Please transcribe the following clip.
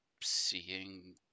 seeing